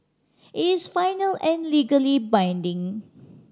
it's final and legally binding